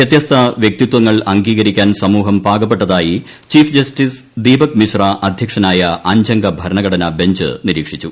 വൃത്യസ്ത വൃക്തിത്ത്വങ്ങൾ അംഗീകരിക്കാൻ സമൂഹം പാകപ്പെട്ടതായി ചീഫ് ജസ്റ്റീസ് ദീപക് മിശ്ര അദ്ധ്യക്ഷനായ അഞ്ചംഗ ഭരണഘടനാ ബെഞ്ച് നിരീക്ഷിച്ചു